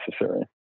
necessary